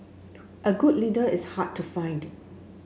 a good leader is hard to find